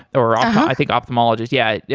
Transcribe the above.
or i think ophthalmologist, yeah yeah,